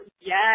Yes